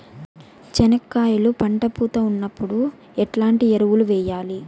చెనక్కాయలు పంట పూత ఉన్నప్పుడు ఎట్లాంటి ఎరువులు వేయలి?